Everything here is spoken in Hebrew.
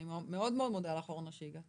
אני מאוד מאוד מודה לך, אורנה, על כך שהגעת.